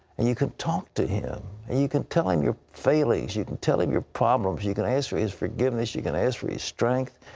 and you can talk to him. and you can tell him your failings. you can tell him your problems. you can ask for his forgiveness. you can ask for his strength.